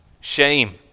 shame